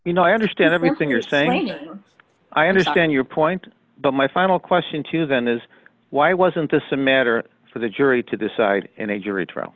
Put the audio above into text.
you know i understand everything you're saying i understand your point but my final question to then is why wasn't this a matter for the jury to decide in a jury trial